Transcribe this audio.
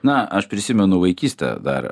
na aš prisimenu vaikystę dar